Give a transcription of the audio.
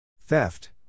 Theft